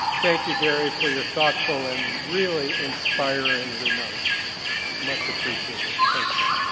thank you, barry, for your thoughtful and really inspiring remarks much appreciated, thank you.